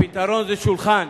הפתרון זה שולחן,